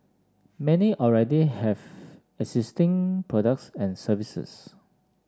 many already have existing products and services